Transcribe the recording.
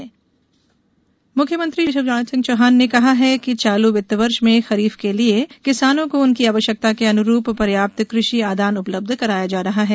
कृषि आदान मुख्यमंत्री श्री शिवराज सिंह चौहान ने कहा है कि चालू वित्तवर्ष में खरीफ के लिए किसानों को उनकी आवश्यकता के अनुरूप पर्याप्त कृषि आदान उपलब्ध कराया जा रहा है